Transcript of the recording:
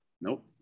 Nope